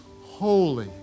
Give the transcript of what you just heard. holy